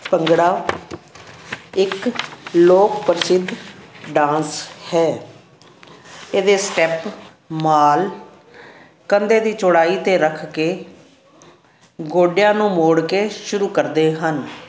ਭੰਗੜਾ ਇੱਕ ਲੋਕ ਪ੍ਰਸਿੱਧ ਡਾਂਸ ਹੈ ਇਹਦੇ ਸਟੈਪ ਮਾਲ ਕੰਧੇ ਦੀ ਚੌੜਾਈ 'ਤੇ ਰੱਖ ਕੇ ਗੋਡਿਆਂ ਨੂੰ ਮੋੜ ਕੇ ਸ਼ੁਰੂ ਕਰਦੇ ਹਨ